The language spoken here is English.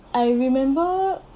I remember